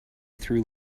through